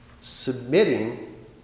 submitting